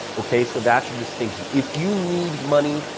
okay? so that's a distinction. if you need money,